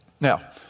Now